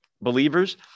believers